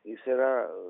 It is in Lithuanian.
jis yra